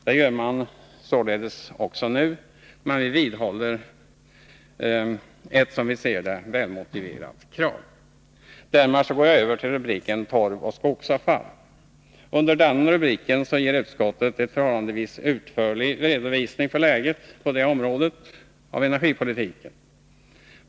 Det gör man således också nu, men vi vidhåller ett, som vi ser det, välmotiverat krav. Därmed går jag över till rubriken Torv och skogsavfall. Utskottet ger en förhållandevis utförlig redovisning av läget på detta område av energipolitiken.